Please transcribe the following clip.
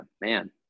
man